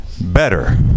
better